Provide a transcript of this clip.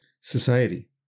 society